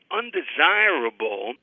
undesirable